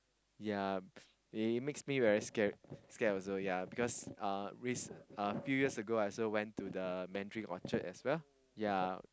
ya they makes me very scared scared also ya because uh recent uh few years ago I also went to the Mandarin-Orchard as well ya